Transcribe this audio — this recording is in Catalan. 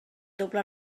doble